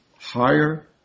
higher